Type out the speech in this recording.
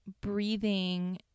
breathing